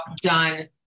done